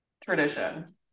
tradition